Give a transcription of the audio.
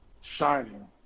Shining